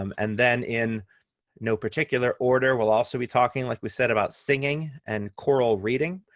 um and then in no particular order, we'll also be talking, like we said, about singing and choral reading,